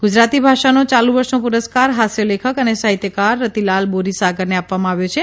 ગુજરાતી ભાષાનો ચાલુ વર્ષનો પુરસ્કાર હાસ્ય લેખક અને સાહિત્યકાર રતિલાલબોરીસાગરને આપવામા આવ્યો છે